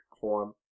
form